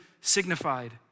signified